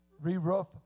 re-roof